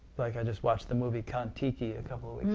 like i just watched the movie kon-tiki a couple of